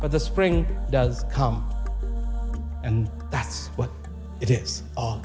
but the spring does come and